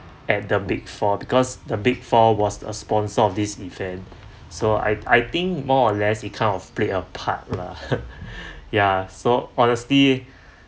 at the big four because the big four was a sponsor of this event so I I think more or less it kind of play a part lah ya so honestly